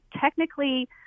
technically